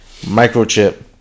Microchip